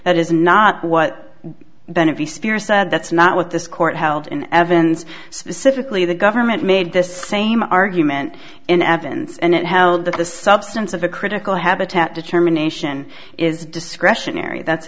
that is not what benefits spears said that's not what this court held in evans specifically the government made this same argument in evidence and it held that the substance of the critical habitat determination is discretionary that's